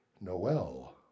Noel